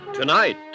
Tonight